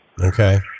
Okay